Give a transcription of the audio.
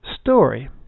story